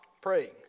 praying